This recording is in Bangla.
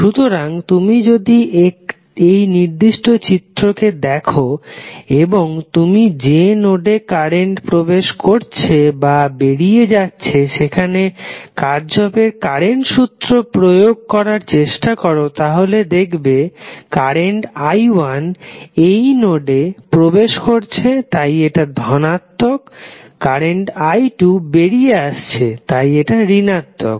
সুতরাং তুমি যদি এই নির্দিষ্ট চিত্রটিকে দেখো এবং তুমি যে নোডে কারেন্ট প্রবেশ করছে বা বেরিয়ে যাচ্ছে সেখানে কার্শফের কারেন্ট সূত্র প্রয়োগ করার চেষ্টা করো তাহলে দেখবে কারেন্ট i1 ওই নোডে প্রবেশ করছে তাই এটা ধনাত্মক কারেন্ট i2 বেরিয়ে আছে তাই এটা ঋণাত্মক